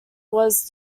was